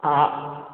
हा